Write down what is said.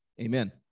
amen